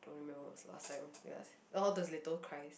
don't know when was the last time all those little cries